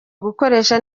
gukoresha